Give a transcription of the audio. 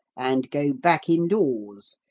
and go back indoors.